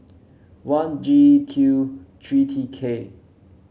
one G Q three T K